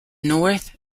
north